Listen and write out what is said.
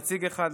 נציג אחד,